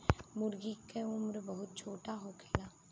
मूर्गी के उम्र बहुत छोट होखेला